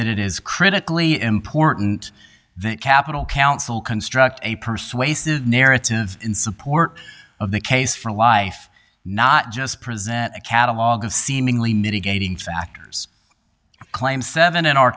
that it is critically important that capital counsel construct a persuasive narrative in support of the case for life not just presenting a catalogue of seemingly mitigating factors claim seven in our